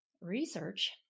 research